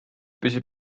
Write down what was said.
püsib